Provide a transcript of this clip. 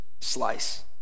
slice